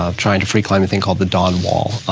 um trying to free climb a thing called the don wall,